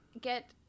get